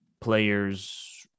players